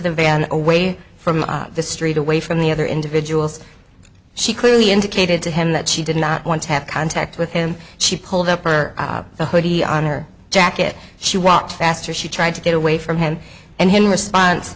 the van away from the street away from the other individuals she clearly indicated to him that she did not want to have contact with him she pulled up her the hoodie on her jacket she walked faster she tried to get away from him and his response